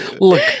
look